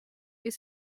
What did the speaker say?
est